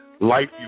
Life